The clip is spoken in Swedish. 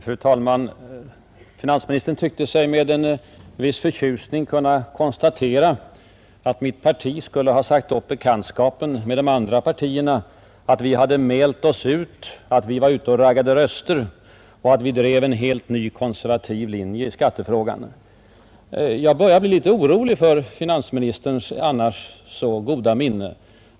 Fru talman! Finansministern tyckte sig med en viss förtjusning kunna konstatera att mitt parti skulle ha sagt upp bekantskapen med de andra partierna, att vi hade mält oss ut, att vi var ute och raggade röster och att vi drev en helt ny konservativ linje i skattefrågan. Jag börjar bli litet orolig för finansminsterns annars så goda minne.